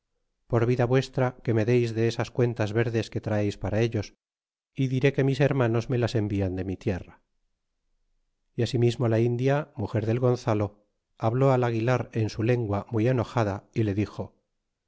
por vida vuestra que me deis de esas cuentas verdes que traeis para ellos y diré que mis hermanos me las envian de mi tierra y asimismo la india muger del gonzalo habló al aguilar en su lengua muy enojada y le dixo